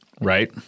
right